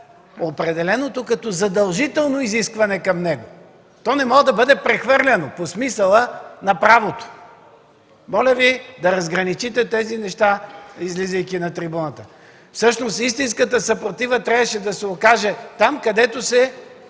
определеното като задължително изискване към него. То не може да бъде прехвърлено по смисъла на правото. Моля Ви да разграничите тези неща, излизайки на трибуната. Всъщност истинската съпротива трябваше да се окаже там, където се